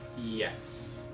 Yes